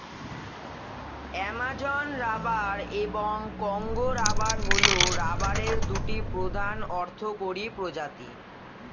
Amazon rubber এবং Congo rubber হল রাবারের দুটি প্রধান অর্থকরী প্রজাতি